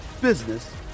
business